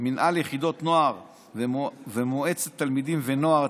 (מנהל יחידת נוער ומועצת תלמידים ונוער),